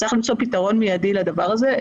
צריך למצוא פתרון מיידי לדבר הזה.